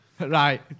Right